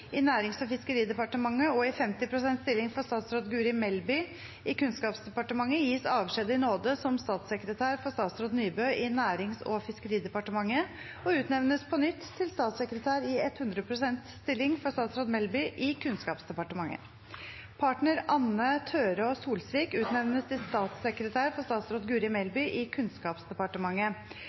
i Nærings- og fiskeridepartementet og i 50 prosent stilling for statsråd Guri Melby i Kunnskapsdepartementet, gis avskjed i nåde som statssekretær for statsråd Nybø i Nærings- og fiskeridepartementet og utnevnes på nytt til statssekretær i 100 prosent stilling for statsråd Melby i Kunnskapsdepartementet. Partner Anne Tørå Solsvik utnevnes til statssekretær for statsråd Guri Melby i Kunnskapsdepartementet.